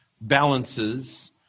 balances